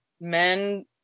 men